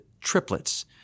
triplets